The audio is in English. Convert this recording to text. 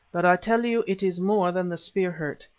but i tell you it is more than the spear-hurt.